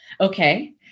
okay